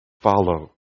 follow